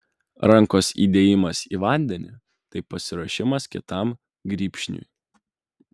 rankos įdėjimas į vandenį tai pasiruošimas kitam grybšniui